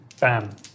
Bam